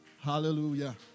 Hallelujah